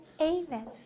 amen